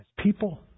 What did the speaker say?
people